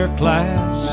class